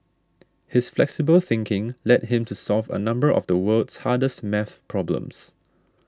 his flexible thinking led him to solve a number of the world's hardest math problems